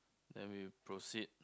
then we proceed